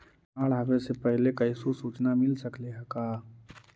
बाढ़ आवे से पहले कैसहु सुचना मिल सकले हे का?